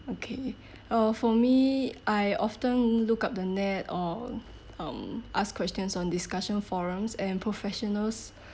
okay uh for me I often look up the net or um ask questions on discussion forums and professionals